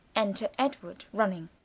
enter edward running.